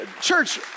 church